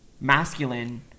masculine